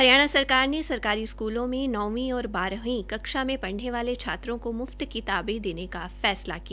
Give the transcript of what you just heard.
हरियाणा सरकार ने सरकारी स्कूलों में नौंवी और बारहवीं कक्षा में पढ़ने वाले छात्रों को मुफ्त किताबें देने का फैसला किया